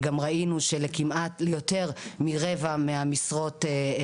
ראינו גם שלכמעט יותר מרבע מהמשרות.